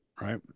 right